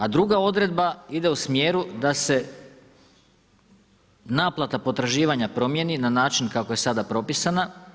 A druga odredba ide u smjeru da se naplata potraživanja promijeni na način kako je sada propisana.